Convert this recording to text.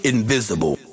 Invisible